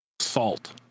salt